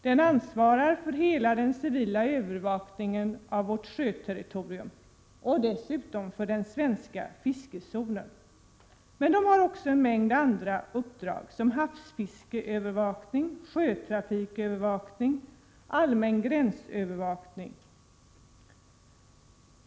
Den ansvarar för hela den civila övervakningen av vårt sjöterritorium och dessutom för övervakningen av den svenska fiskezonen. Den har också en mängd andra uppdrag: havsfiskeövervakning, sjötrafikövervakning och allmän gränsövervakning.